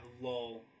lull